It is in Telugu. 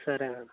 సరే అండి